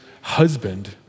husband